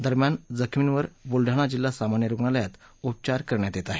दरम्यान जखमींवर बुलडाणा जिल्हा सामान्य रुग्णालयात उपचार करण्यात येत आहेत